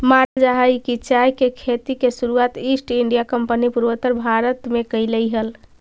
मानल जा हई कि चाय के खेती के शुरुआत ईस्ट इंडिया कंपनी पूर्वोत्तर भारत में कयलई हल